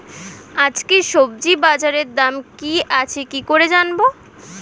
আজকে সবজি বাজারে দাম কি আছে কি করে জানবো?